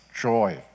joy